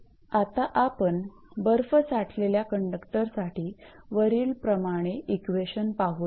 आता आपण बर्फ साठलेल्या कंडक्टरसाठी वरीलप्रमाणे इक्वेशन पाहुयात